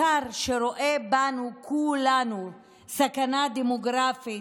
השר שרואה בנו כולנו סכנה דמוגרפית,